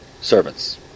servants